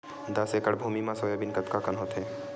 दस एकड़ भुमि म सोयाबीन कतका कन होथे?